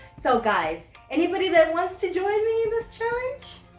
so guys anybody that wants to join me in this challenge?